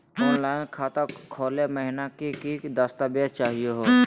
Online खाता खोलै महिना की की दस्तावेज चाहीयो हो?